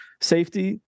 safety